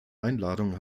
einladung